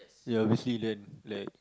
ya obviously then like